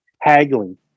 haggling